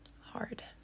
hard